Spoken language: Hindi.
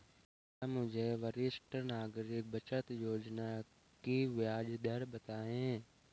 कृपया मुझे वरिष्ठ नागरिक बचत योजना की ब्याज दर बताएं?